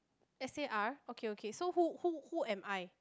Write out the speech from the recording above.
S_A_R okay okay so who who who am I